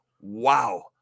Wow